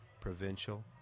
provincial